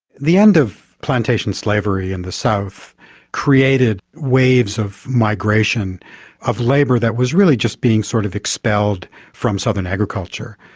the end of plantation slavery in the south created waves of migration of labour that was really just being sort of expelled from southern agriculture.